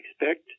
expect